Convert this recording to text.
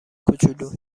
کوچولو